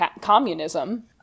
communism